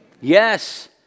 Yes